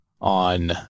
on